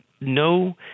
no